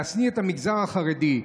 להשניא את המגזר החרדי,